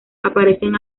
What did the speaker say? aparecen